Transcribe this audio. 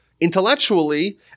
intellectually